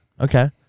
Okay